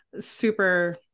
super